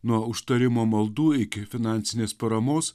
nuo užtarimo maldų iki finansinės paramos